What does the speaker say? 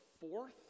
fourth